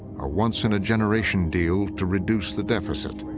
a once-in-a-generation deal to reduce the deficit.